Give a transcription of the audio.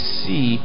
see